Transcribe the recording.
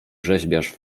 rzeźbiarz